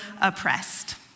oppressed